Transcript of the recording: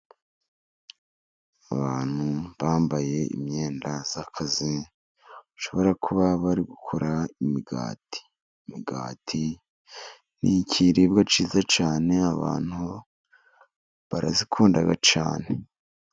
Abantu bambaye imyenda y'akazi, bashobora kuba bari gukora imigati. Imigati ni ikiribwa cyiza cyane abantu barayikunda cyane.